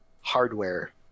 hardware